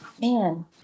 man